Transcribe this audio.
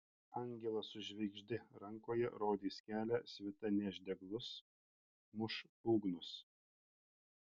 angelas su žvaigžde rankoje rodys kelią svita neš deglus muš būgnus